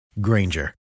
Granger